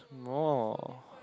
more